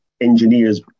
engineers